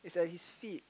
it's at his feet